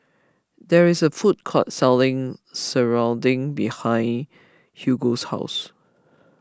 there is a food court selling surrounding behind Hugo's house